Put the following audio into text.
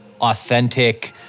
authentic